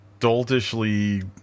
doltishly